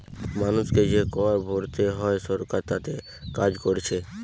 মানুষকে যে কর ভোরতে হয় সরকার তাতে কাজ কোরছে